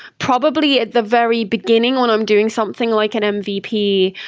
probably, at the very beginning, when i'm doing something like an mvp,